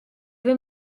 veut